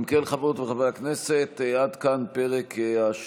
אם כן, חברות וחברי הכנסת, עד כאן פרק השאילתות,